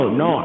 no